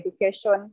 education